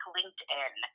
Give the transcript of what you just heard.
LinkedIn